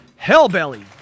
Hellbelly